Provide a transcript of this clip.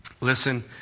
Listen